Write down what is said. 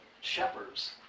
shepherds